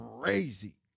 crazy